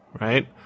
right